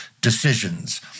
decisions